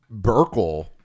Burkle